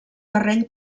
terreny